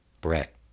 Brett